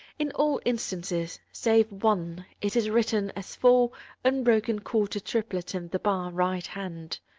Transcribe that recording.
in all instances save one it is written as four unbroken quarter triplets in the bar right hand.